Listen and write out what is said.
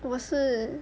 我是